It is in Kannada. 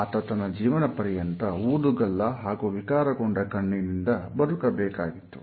ಆತ ತನ್ನ ಜೀವನ ಪರ್ಯಂತ ಊದುಗಲ್ಲ ಹಾಗೂ ವಿಕಾರಗೊಂಡ ಕಣ್ಣಿಗೆ ಬದುಕಬೇಕಾಗಿತ್ತು